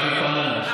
רק הפעם?